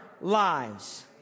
lives